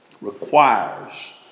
requires